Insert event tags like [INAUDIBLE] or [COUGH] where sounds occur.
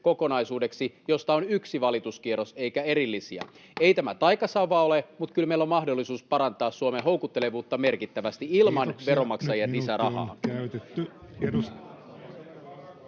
kokonaisuudeksi, josta on yksi valituskierros eikä erillisiä. [NOISE] Ei tämä taikasauva ole, mutta kyllä meillä on mahdollisuus parantaa Suomen houkuttelevuutta merkittävästi [Puhemies: Kiitoksia,